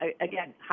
again